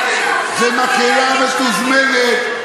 זו מקהלה מתוזמנת,